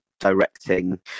directing